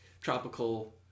tropical